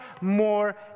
more